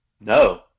No